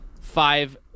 five